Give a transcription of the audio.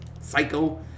psycho